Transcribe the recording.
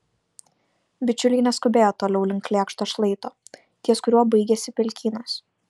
bičiuliai nuskubėjo toliau link lėkšto šlaito ties kuriuo baigėsi pelkynas